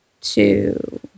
two